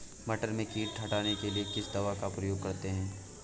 मटर में कीट हटाने के लिए किस दवा का प्रयोग करते हैं?